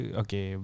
okay